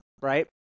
right